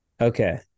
Okay